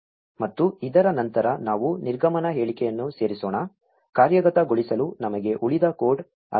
ಮತ್ತು ಇದರ ನಂತರ ನಾವು ನಿರ್ಗಮನ ಹೇಳಿಕೆಯನ್ನು ಸೇರಿಸೋಣ ಕಾರ್ಯಗತಗೊಳಿಸಲು ನಮಗೆ ಉಳಿದ ಕೋಡ್ ಅಗತ್ಯವಿಲ್ಲ